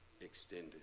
extended